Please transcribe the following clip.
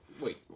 Wait